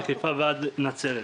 מחיפה ועד נצרת.